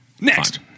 next